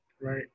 Right